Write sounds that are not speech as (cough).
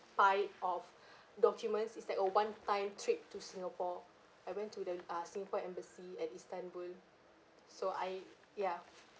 pile of (breath) documents it's like a one time trip to singapore I went to the ah singapore embassy at istanbul so I ya